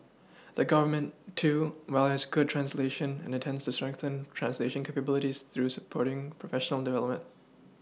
the Government too values good translation and intends to strengthen translation capabilities through supporting professional development